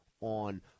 on